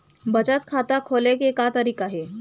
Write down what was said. बचत खाता खोले के का तरीका हे?